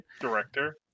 director